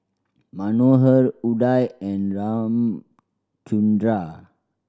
Manohar Udai and Ramchundra